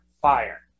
fire